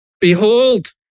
Behold